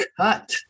cut